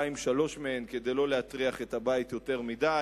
שתיים-שלוש מהן כדי לא להטריח את הבית יותר מדי.